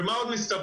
ומה עוד מסתבר?